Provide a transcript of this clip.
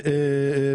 אדמה.